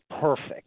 perfect